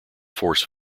force